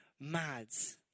mads